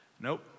Nope